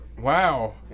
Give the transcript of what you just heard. Wow